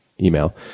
email